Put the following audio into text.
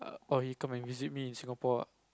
or he come and visit me in Singapore